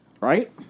Right